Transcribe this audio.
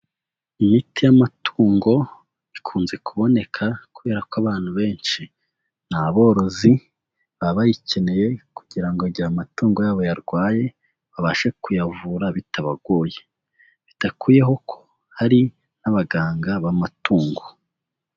Imiti y'amatungo ikunze kuboneka kubera ko abantu benshi n'aborozi, baba bayikeneye kugira ngo igihe amatungo yabo arwaye babashe kuyavura bitabagoye. Bidakuyeho ko hari n'abaganga b'amatungo.